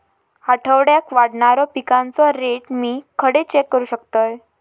आठवड्याक वाढणारो पिकांचो रेट मी खडे चेक करू शकतय?